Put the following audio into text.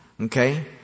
Okay